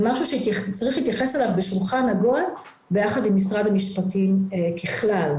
וזה משהו שצריך להתייחס אליו בשולחן עגול ביחד עם משרד המשפטים ככלל.